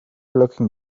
looking